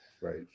Right